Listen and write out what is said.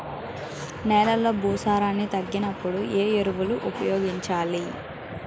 నెలలో భూసారాన్ని తగ్గినప్పుడు, ఏ ఎరువులు ఉపయోగించాలి?